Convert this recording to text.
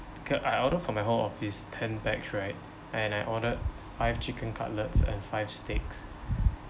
cut~ I ordered for my whole office ten pax right and I ordered five chicken cutlets and five steaks